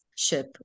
ship